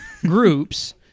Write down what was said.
groups